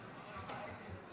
14 נגד.